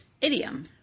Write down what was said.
Idiom